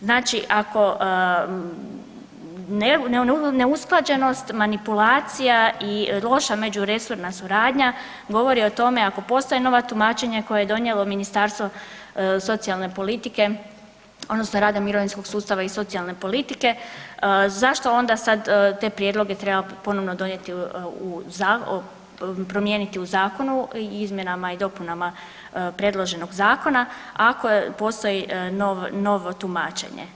Znači ako, neusklađenost, manipulacija i loša međuresorna suradnja govori o tome ako postoje nova tumačenja koje je donijelo Ministarstvo socijalne politike, odnosno rada, mirovinskog sustava i socijalne politike zašto onda sad te prijedloge treba ponovno donijeti, promijeniti u zakonu, izmjenama i dopunama predloženog zakona ako postoji novo tumačenje.